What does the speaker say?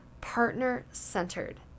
partner-centered